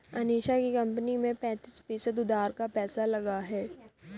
अनीशा की कंपनी में पैंतीस फीसद उधार का पैसा लगा है